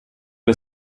del